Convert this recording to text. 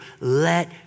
Let